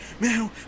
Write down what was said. Man